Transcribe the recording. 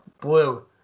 blue